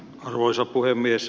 arvoisa puhemies